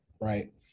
right